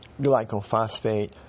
glycophosphate